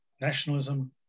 nationalism